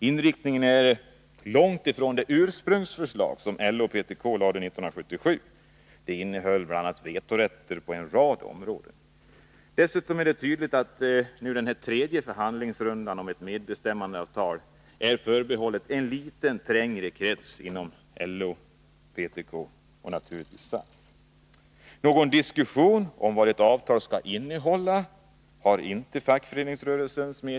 Inriktningen är långt från det ursprungsförslag som LO och PTK lade 1977 och som bl.a. innehöll krav på vetorätt på en rad områden. Dessutom är tydligen nu den tredje förhandlingsrundan om ett medbestämmandeavtal förebehållen en mycket liten trängre krets inom LO och PTK och naturligtvis även SAF. Någon diskussion om vad ett avtal skall innehålla har inte fackföreningsrörelsen fört.